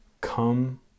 Come